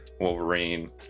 Wolverine